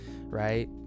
right